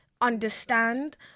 understand